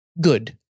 Good